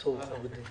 בלהגדיר.